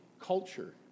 culture